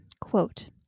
quote